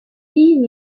lynn